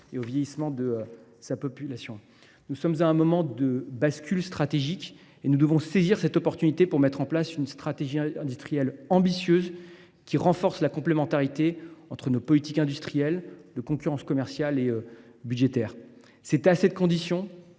et au vieillissement de sa population. Nous sommes à un moment de bascule stratégique et nous devons saisir cette opportunité pour mettre en place une stratégie industrielle ambitieuse qui renforce la complémentarité entre les politiques industrielle, de concurrence, commerciale et budgétaire. C’est à cette condition